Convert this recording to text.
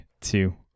two